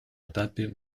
этапе